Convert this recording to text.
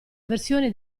versioni